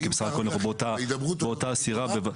כי בסך-הכול אנחנו באותה סירה.